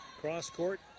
cross-court